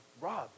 Rob